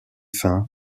fin